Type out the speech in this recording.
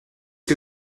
que